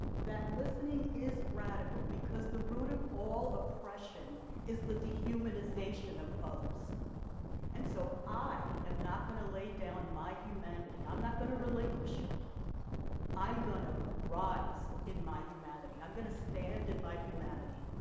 that listening is radical because the root of all oppression is the dehumanization of others and so i am not going to lay down my humanity i'm not going to relinquish it i'm going to rise in my humanity i'm going to stand in my humanity.